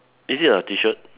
is it a T shirt